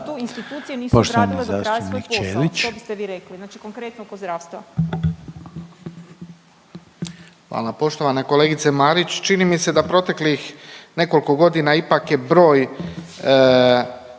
Poštovani zastupnik Ćelić.